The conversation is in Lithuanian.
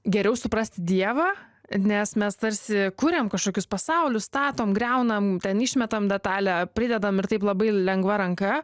geriau suprasti dievą nes mes tarsi kuriam kažkokius pasaulius statom griaunam ten išmetam detalę pridedam ir taip labai lengva ranka